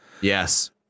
Yes